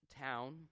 town